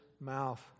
mouth